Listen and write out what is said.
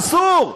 אסור.